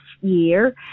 year